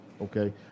Okay